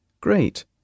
Great